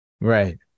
right